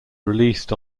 released